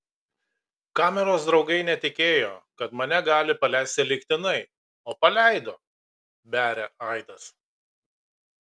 kameros draugai netikėjo kad mane gali paleisti lygtinai o paleido beria aidas